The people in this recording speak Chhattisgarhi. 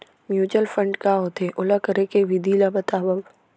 म्यूचुअल फंड का होथे, ओला करे के विधि ला बतावव